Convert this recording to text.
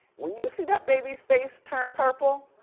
when you see that baby's face turn purple,